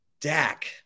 Dak